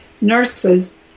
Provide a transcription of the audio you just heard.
nurses